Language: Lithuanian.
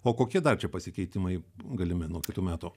o kokie dar čia pasikeitimai galimi nuo kitų metų